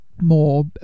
more